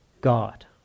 God